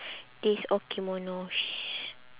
days of kimonos